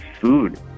food